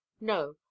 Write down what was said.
no